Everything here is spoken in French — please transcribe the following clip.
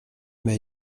m’as